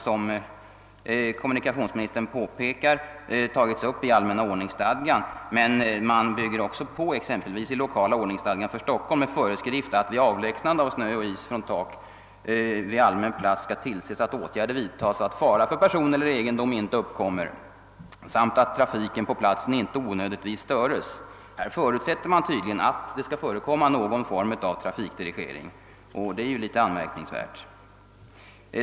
Som kommunikationsministern framhållit har dessa problem tagits upp i allmänna ordningsstadgan, men t.ex. i den lokala ordningsstadgan för Stockholm har allmänna ordningsstadgan byggts på med föreskrifter om att man vid avlägsnande av snö och is från tak vid allmän plats skall tillse att åtgärder vidtages för att fara för person eller egendom inte uppkommer samt att trafiken på platsen inte onödigtvis störes. Där förutsättes tydligen att någon form av trafikdirigering skall förekomma. Det är ju litet anmärkningsvärt.